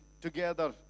together